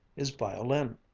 his violin.